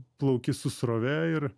plauki su srove ir